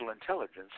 intelligence